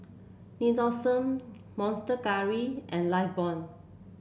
Nixoderm Monster Curry and Lifebuoy